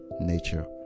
nature